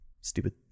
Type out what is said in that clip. Stupid